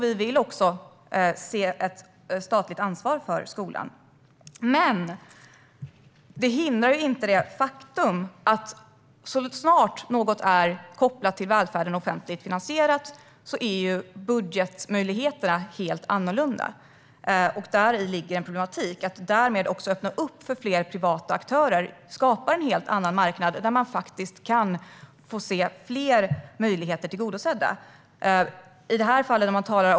Vi vill se ett statligt ansvar för skolan. Men detta hindrar inte det faktum att så snart något är kopplat till välfärden och är offentligt finansierat är budgetmöjligheterna helt annorlunda. Däri ligger problemet att därmed öppna för fler privata aktörer och skapa en helt annan marknad där fler möjligheter tillgodoses.